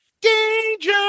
Danger